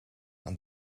aan